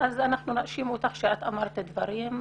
יאשימו אותי בכך שאמרתי דברים,